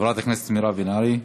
חברת הכנסת מירב בן ארי.